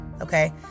Okay